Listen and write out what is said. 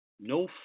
No